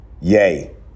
yay